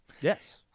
Yes